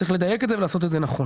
צריך לדייק את זה ולעשות את זה נכון.